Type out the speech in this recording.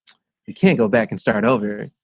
you can't go back and start over.